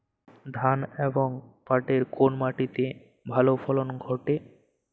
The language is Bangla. ধান এবং পাটের কোন মাটি তে ভালো ফলন ঘটে?